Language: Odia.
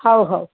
ହଉ ହଉ